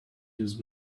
use